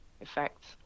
effects